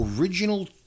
original